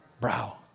brow